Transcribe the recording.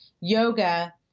yoga